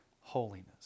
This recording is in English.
holiness